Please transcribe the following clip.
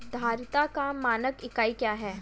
धारिता का मानक इकाई क्या है?